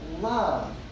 love